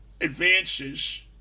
advances